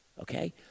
Okay